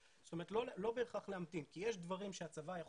יש מקרים שהצבא,